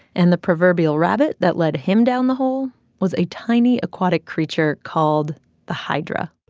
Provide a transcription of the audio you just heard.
and the proverbial rabbit that led him down the hole was a tiny aquatic creature called the hydra